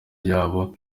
yabo